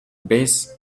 base